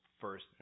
first